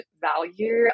value